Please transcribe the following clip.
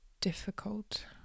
difficult